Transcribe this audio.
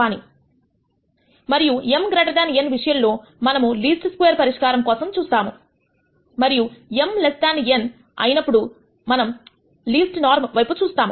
అని మరియు m greater than n విషయంలో మనము లీస్ట్ స్క్వేర్ పరిష్కారం కోసం చూస్తాము మరియు m లెస్ థన్ n అయినప్పుడు మనం లీస్ట్ నోర్మ్ వైపు చూస్తాము